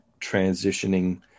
transitioning